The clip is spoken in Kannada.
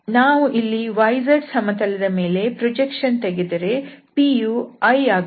ನಾವು ಇಲ್ಲಿ yz ಸಮತಲದ ಮೇಲೆ ಪ್ರೊಜೆಕ್ಷನ್ ತೆಗೆದರೆ p ಯು i ಆಗುತ್ತದೆ